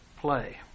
play